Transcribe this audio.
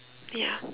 ya